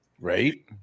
Right